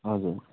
हजुर